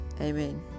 Amen